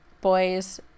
boys